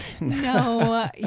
No